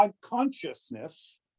consciousness